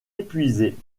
épuisée